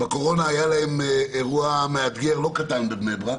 בקורונה היה להם אירוע מאתגר לא קטן בבני ברק,